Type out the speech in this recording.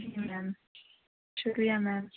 جی ma'am شُکریہ میم